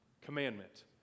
commandment